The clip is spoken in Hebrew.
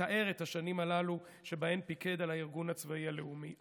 המתאר את השנים הללו שבהן פיקד על הארגון הצבאי הלאומי.